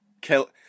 kill